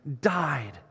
died